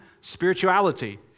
spirituality